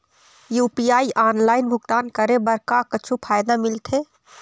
UPI online भुगतान करे बर का कुछू फायदा मिलथे?